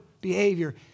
behavior